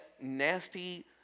nasty